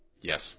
Yes